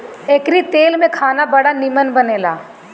एकरी तेल में खाना बड़ा निमन बनेला